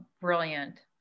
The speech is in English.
brilliant